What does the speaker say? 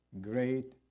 Great